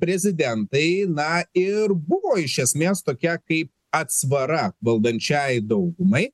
prezidentai na ir buvo iš esmės tokia kaip atsvara valdančiajai daugumai